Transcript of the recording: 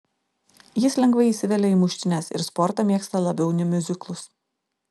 jis lengvai įsivelia į muštynes ir sportą mėgsta labiau nei miuziklus